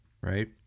Right